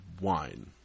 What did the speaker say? wine